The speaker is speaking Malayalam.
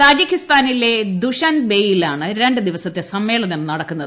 താജിക്കിസ്ഥാനിലെ ദുഷൻബയിലാണ് രണ്ട് ദിവസത്തെ സമ്മേളനം നടക്കുന്നത്